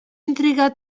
intriga